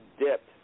dipped